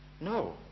No